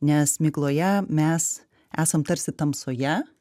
nes migloje mes esam tarsi tamsoje